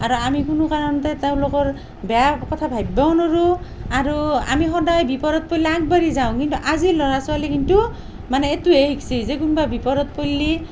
আৰু আমি কোনো কাৰণতে তেওঁলোকৰ বেয়া কথা ভাবিবও নোৱাৰোঁ আৰু আমি সদায় বিপদত পৰলে আগবাঢ়ি যাওঁ কিন্তু আজিৰ ল'ৰা ছোৱালী কিন্তু মানে এইটোৱে শিকছি যে কোনবা বিপদত পৰলি